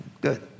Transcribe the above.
good